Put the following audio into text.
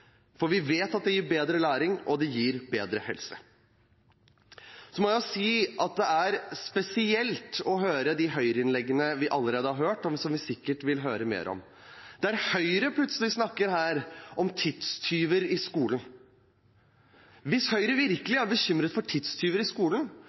for vi vet at det gir bedre læring, og det gir bedre helse. Så må jeg si at det er spesielt å høre det Høyre-innlegget vi allerede har hørt, og som vi sikkert vil høre flere av. Høyre snakker plutselig her om tidstyver i skolen. Hvis Høyre